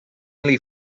only